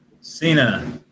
Cena